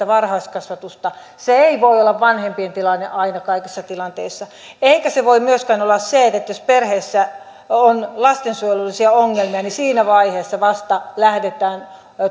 varhaiskasvatusta se ei voi olla vanhempien tilanne aina kaikissa tilanteissa eikä se voi myöskään olla se että jos perheessä on lastensuojelullisia ongelmia niin siinä vaiheessa vasta lähdetään